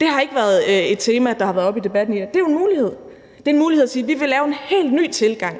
Det har ikke været et tema, der har været oppe i debatten her, men det er jo en mulighed. Det er en mulighed at sige, at de vil lave en helt ny tilgang